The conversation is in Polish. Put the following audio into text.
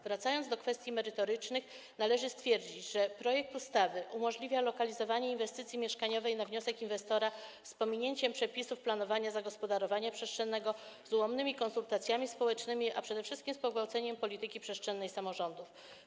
Wracając do kwestii merytorycznych, należy stwierdzić, że projekt ustawy umożliwia lokalizowanie inwestycji mieszkaniowej na wniosek inwestora z pominięciem przepisów dotyczących planowania zagospodarowania przestrzennego, z ułomnymi konsultacjami społecznymi, a przede wszystkim z pogwałceniem polityki przestrzennej samorządów.